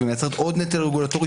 ומייצרת עוד נטל רגולטורי,